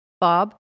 Bob